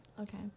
Okay